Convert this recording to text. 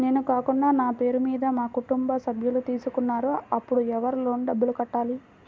నేను కాకుండా నా పేరు మీద మా కుటుంబ సభ్యులు తీసుకున్నారు అప్పుడు ఎవరు లోన్ డబ్బులు కట్టాలి?